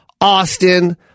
Austin